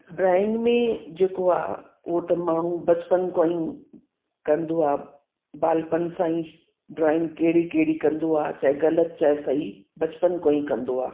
drawing में जेको आहे उहो त माण्हू बचपन खां ई कंदो आहे बालपन सां ई ड्रॉइंग कहिड़ी कहिड़ी कंदो आहे चाहे ग़लति चाहे सही बचपन खां ई कंदो आहे